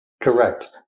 Correct